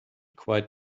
quite